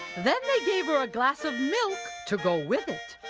then they gave her a glass of milk to go with it.